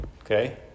Okay